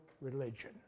religion